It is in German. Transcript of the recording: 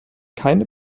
keine